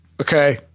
okay